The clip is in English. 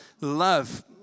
love